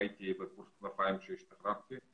פער בין עולים לחסרי עורף משפחתי,